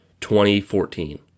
2014